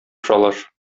шалаш